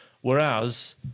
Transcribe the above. Whereas